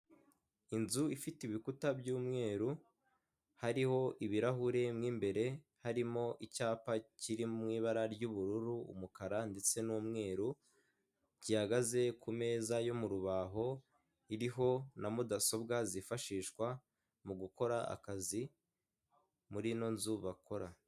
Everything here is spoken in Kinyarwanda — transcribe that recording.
Inzu ifite ibikuta by'umweru; hariho ibirahure mu imbere; harimo icyapa kiri mu ibara ry'ubururu, umukara ndetse n'umweru; gihagaze ku meza yo mu rubaho; iriho na mudasobwa zifashishwa mu gukora akazi muri ino nzu bakora.